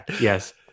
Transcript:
yes